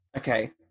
Okay